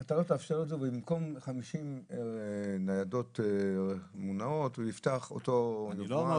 אתה לא תאפשר את זה ובמקום 50 ניידות מונעות הוא יפתח 20 מוסכים.